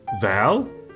Val